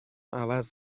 عوض